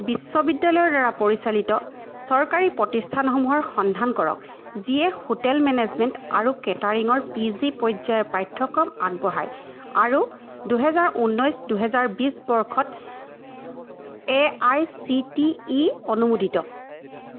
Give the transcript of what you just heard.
বিশ্ববিদ্যালয়ৰ দ্বাৰা পৰিচালিত চৰকাৰী প্ৰতিষ্ঠানসমূহৰ সন্ধান কৰক যিয়ে হোটেল মেনেজমেণ্ট আৰু কেটাৰিঙৰ পি জি পৰ্যায়ৰ পাঠ্যক্ৰম আগবঢ়ায় আৰু দুহেজাৰ ঊনৈছ দুহেজাৰ বিশ বৰ্ষত A I C T E অনুমোদিত